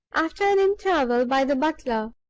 after an interval, by the butler,